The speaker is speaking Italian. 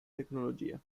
tecnologia